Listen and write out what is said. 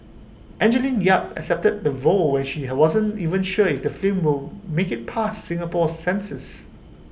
Angeline yap accepted the role when she had wasn't even sure if the film will make IT past Singapore's censors